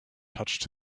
touched